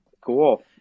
Cool